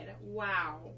Wow